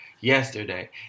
yesterday